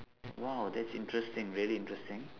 !wow! that's interesting really interesting